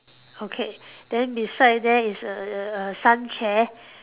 okay then beside that is a a a sun chair